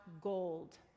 gold